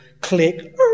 click